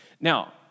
Now